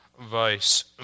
vice